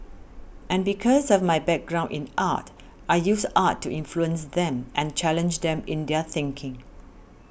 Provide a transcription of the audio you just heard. and because of my background in art I use art to influence them and challenge them in their thinking